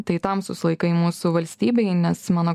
tai tamsūs laikai mūsų valstybėj nes mano